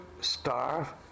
starve